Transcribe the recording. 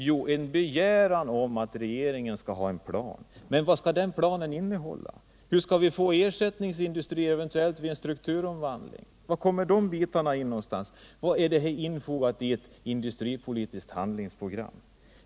Jo, en begäran om att regeringen skall ha en plan. Men vad skall den planen innehålla? Hur skall vi få ersättningsindustrier vid en strukturomvandling? Var kommer de bitarna in? Hur är detta infogat i ett industripolitiskt handlingsprogram?